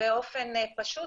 באופן פשוט,